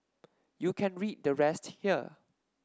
you can read the rest here